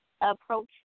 approach